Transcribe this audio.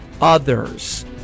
others